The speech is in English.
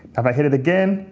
if i hit it again,